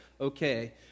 Okay